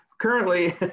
currently